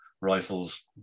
rifles